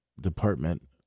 department